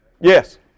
Yes